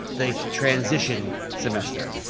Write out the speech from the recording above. the transition semester.